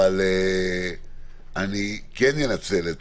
אבל אני כן אנצל את